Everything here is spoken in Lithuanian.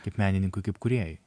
kaip menininkui kaip kūrėjui